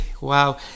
Wow